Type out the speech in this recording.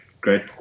great